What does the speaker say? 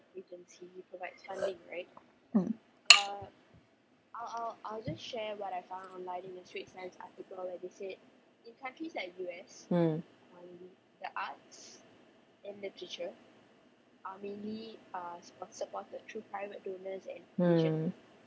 mm mm mm